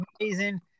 amazing